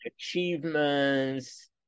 achievements